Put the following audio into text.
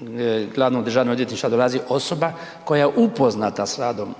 je da na čelo DORH-a dolazi osoba koja je upoznata s radom,